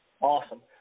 awesome